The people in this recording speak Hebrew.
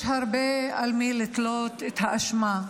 יש הרבה על מי לתלות את האשמה.